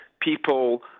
people